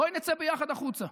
בואי נצא ביחד החוצה.